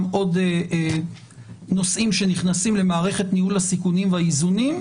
עוד נושאים שנכנסים למערכת ניהול הסיכונים והאיזונים,